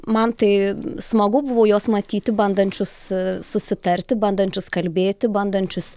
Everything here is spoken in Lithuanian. man tai smagu buvo juos matyti bandančius susitarti bandančius kalbėti bandančius